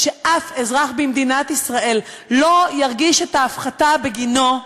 שאף אזרח במדינת ישראל לא ירגיש הפחתה בגינו,